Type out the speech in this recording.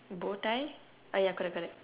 bow tie ah ya correct correct